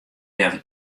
leaver